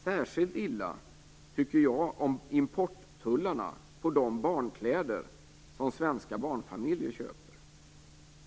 Särskilt illa tycker jag om importtullarna på de barnkläder som svenska barnfamiljer köper.